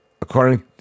According